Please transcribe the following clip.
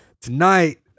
Tonight